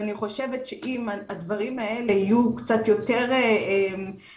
אני חושבת שאם הדברים האלה יהיו קצת יותר מפותחים